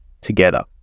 together